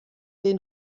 den